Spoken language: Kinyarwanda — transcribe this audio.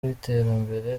w’iterambere